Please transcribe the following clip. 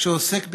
שעוסק בכפייה,